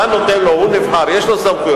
אתה נותן לו, הוא נבחר, יש לו סמכויות.